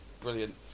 Brilliant